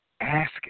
ask